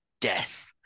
death